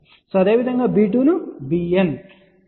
ఇప్పుడు అదేవిధంగా b2 bN